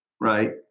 Right